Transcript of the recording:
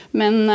men